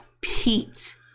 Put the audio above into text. Pete